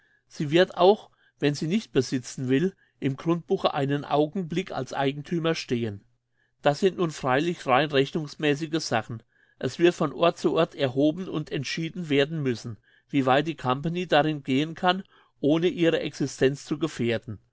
sie wird auch wenn sie nicht besitzen will im grundbuche einen augenblick als eigenthümer stehen das sind nun freilich rein rechnungsmässige sachen es wird von ort zu ort erhoben und entschieden werden müssen wie weit die company darin gehen kann ohne ihre existenz zu gefährden